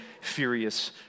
furious